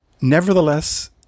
Nevertheless